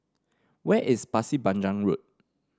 where is Pasir Panjang Road